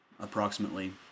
approximately